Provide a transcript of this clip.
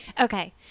Okay